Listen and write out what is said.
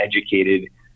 educated